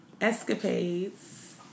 escapades